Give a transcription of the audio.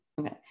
okay